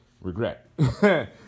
regret